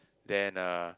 then uh